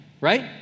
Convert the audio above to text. right